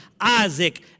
Isaac